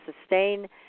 sustain